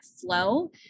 flow